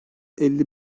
elli